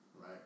right